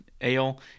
ale